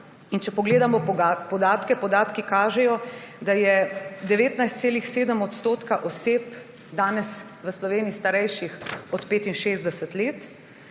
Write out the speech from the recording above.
Če pogledamo podatke, ti kažejo, da je 19,7 % oseb danes v Sloveniji starejših od 65 let,